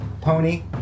pony